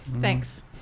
Thanks